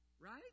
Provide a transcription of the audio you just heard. Right